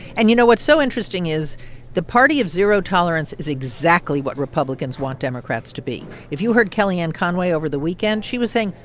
and, you know, what's so interesting is the party of zero tolerance is exactly what republicans want democrats to be. if you heard kellyanne conway over the weekend, she was saying,